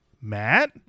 Matt